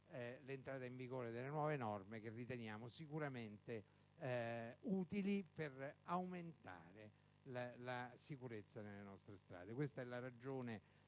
l'entrata in vigore delle nuove norme, che riteniamo sicuramente utili per aumentare la sicurezza sulle nostre strade. Questa è la ragione